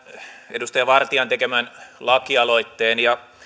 edustaja vartian tekemän lakialoitteen ja